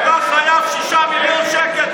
אתה חייב 6 מיליון שקל.